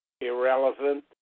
irrelevant